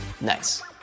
Nice